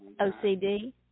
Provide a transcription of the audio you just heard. OCD